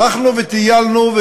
הלכנו וטיילנו,